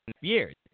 years